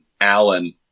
Allen